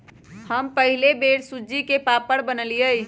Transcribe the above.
हम पहिल बेर सूज्ज़ी के पापड़ बनलियइ